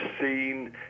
seen